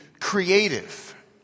creative